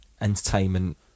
Entertainment